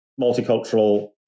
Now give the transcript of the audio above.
multicultural